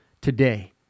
today